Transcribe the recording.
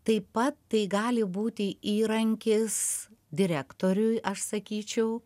taip pat tai gali būti įrankis direktoriui aš sakyčiau